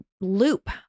loop